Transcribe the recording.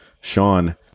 Sean